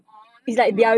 orh that's cool [what]